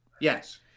Yes